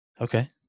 Okay